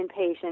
inpatient